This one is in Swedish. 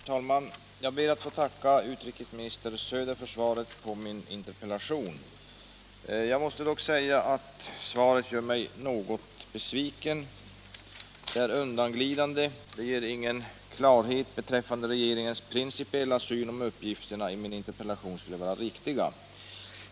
Herr talman! Jag ber att få tacka utrikesminister Söder för svaret på min interpellation. Jag måste dock säga att svaret gör mig något besviken. Det är undanglidande och ger ingen klarhet beträffande regeringens principiella syn, om uppgifterna i min interpellation skulle vara riktiga.